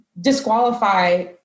disqualify